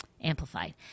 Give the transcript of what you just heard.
Amplified